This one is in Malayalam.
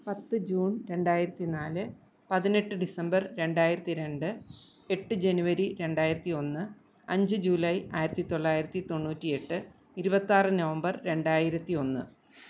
പത്ത് ജൂൺ രണ്ടായിരത്തി നാല് പതിനെട്ട് ഡിസംബർ രണ്ടായിരത്തി രണ്ട് എട്ട് ജനുവരി രണ്ടായിരത്തി ഒന്ന് അഞ്ച് ജൂലൈ ആയിരത്തി തൊള്ളായിരത്തി തൊണ്ണൂറ്റി എട്ട് ഇരുപത്തി ആറ് നവംബർ രണ്ടായിരത്തി ഒന്ന്